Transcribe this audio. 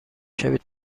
شوید